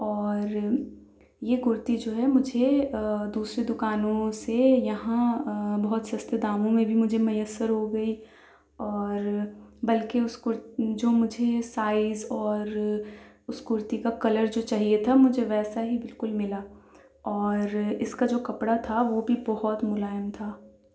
اور یہ کرتی جو ہے مجھے دوسری دکانوں سے یہاں بہت سستے داموں میں بھی مجھے میسر ہو گئی اور بلکہ اس کر جو مجھے سائز اور اس کرتی کا کلر جو چاہیے تھا مجھے ویسا ہی بالکل ملا اور اس کا جو کپڑا تھا وہ بھی بہت ملائم تھا